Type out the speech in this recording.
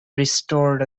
restored